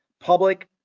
public